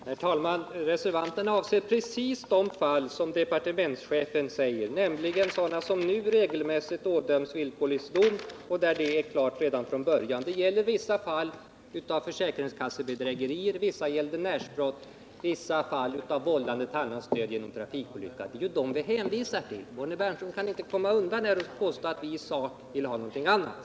Herr talman! Reservanterna avser precis de fall som departementschefen talar om, nämligen sådana där den tilltalade nu regelmässigt får villkorlig dom och där detta är klart redan från början. Det gäller vissa fall av försäkringskassebedrägerier, vissa gäldenärsbrott, vissa fall av vållande till annans död genom trafikolycka — det är ju dem vi hänvisar till. Bonnie Bernström kan inte komma undan här och påstå att vi i sak vill ha någonting annat.